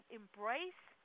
embrace